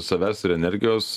savęs ir energijos